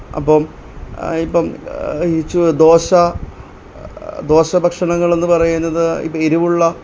അപ്പം ഇപ്പം ഈ ചു ദോശ ദോശ ഭക്ഷണങ്ങളെന്നു പറയുന്നത് ഇപ്പോൾ എരിവുള്ള